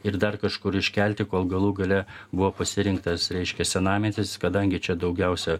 ir dar kažkur iškelti kol galų gale buvo pasirinktas reiškia senamiestis kadangi čia daugiausia